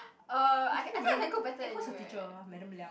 do you remember eh who's your teacher ah Madam Liang